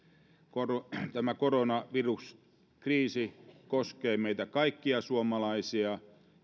tämä koronaviruskriisi koskee meitä kaikkia suomalaisia